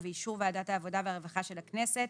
ובאישור ועדת העבודה והרווחה של הכנסת,